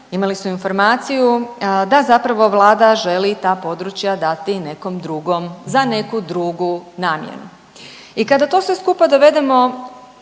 imali su informaciju da zapravo Vlada želi ta područja dati nekom drugom za neku drugu namjenu. I kada to sve skupa dovedemo